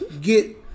get